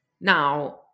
now